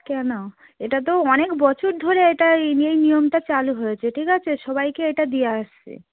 কেন এটা তো অনেক বছর ধরে এটা এই নিয়মটা চালু হয়েছে ঠিক আছে সবাইকে এটা দিয়ে আসছে